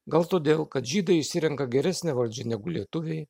gal todėl kad žydai išsirenka geresnę valdžią negu lietuviai